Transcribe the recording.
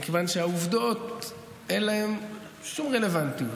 מכיוון שלעובדות אין שום רלוונטיות.